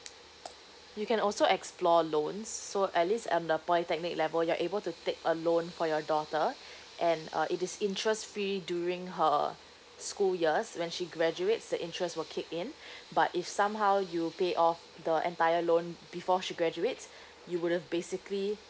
you can also explore loans so at least and the polytechnic level you're able to take a loan for your daughter and uh it is interest free during her school years when she graduates the interest will kick in but if somehow you pay off the entire loan before she graduates you would've basically